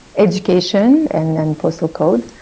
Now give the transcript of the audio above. education and then postal code.